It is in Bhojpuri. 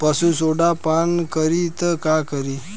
पशु सोडा पान करी त का करी?